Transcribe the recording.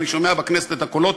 אני שומע בכנסת את הקולות,